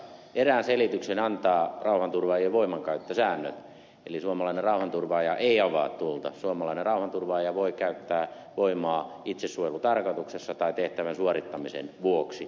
erään selityksen antaa rauhanturvaajien voimankäyttösäännöt eli suomalainen rauhanturvaaja ei avaa tulta suomalainen rauhanturvaaja voi käyttää voimaa itsesuojelutarkoituksessa tai tehtävän suorittamisen vuoksi